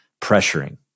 pressuring